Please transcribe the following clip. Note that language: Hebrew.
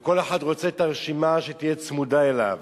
וכל אחד רוצה את הרשימה שתהיה צמודה אליו.